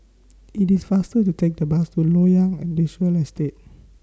IT IS faster to Take The Bus to Loyang Industrial Estate